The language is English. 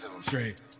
Straight